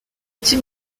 type